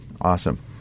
Awesome